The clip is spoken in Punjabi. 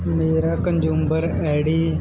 ਮੇਰਾ ਕੰਜੀਊਮਰ ਆਈ ਡੀ